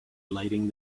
lighting